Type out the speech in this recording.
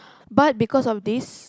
but because of this